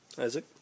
Isaac